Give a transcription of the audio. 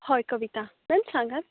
हय कविता मेम सांगात